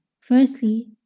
firstly